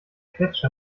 quetsche